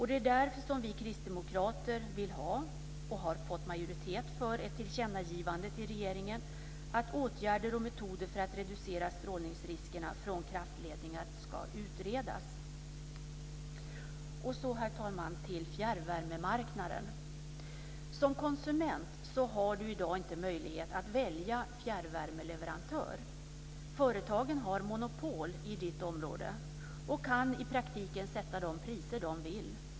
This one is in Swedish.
Det är där som vi kristdemokrater vill ha och har fått majoritet för ett tillkännagivande till regeringen att åtgärder och metoder för att reducera strålningsriskerna från kraftledningar ska utredas. Så, herr talman, till fjärrvärmemarknaden. Som konsument har du i dag inte möjlighet att välja fjärrvärmeleverantör. Företagen har monopol i ditt område och kan i praktiken sätta de priser de vill.